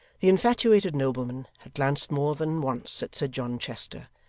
the infatuated nobleman had glanced more than once at sir john chester,